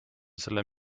selle